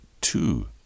two